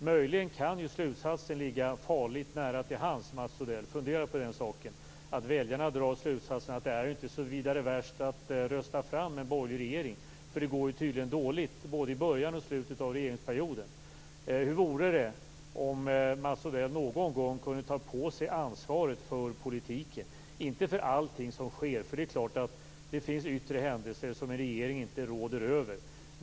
Möjligen kan slutsatsen ligga farligt nära till hands - fundera på saken, Mats Odell - att väljarna drar den slutsatsen att det inte är så vidare värst att rösta fram en borgerlig regeringen, eftersom det tydligen går dåligt både i början och i slutet av regeringsperioden. Hur vore det om Mats Odell någon gång kunde ta på sig ansvaret för politiken? Han behöver inte ta ansvaret för allting som sker. Det är klart att det finns yttre händelser som en regering inte råder över.